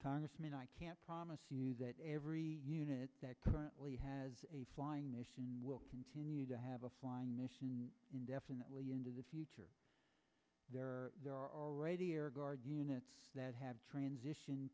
congressman i can't promise you that every unit that currently has a flying machine will continue to have a flying mission indefinitely into the future there are already are guard units that have transition